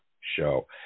show